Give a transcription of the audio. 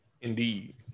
Indeed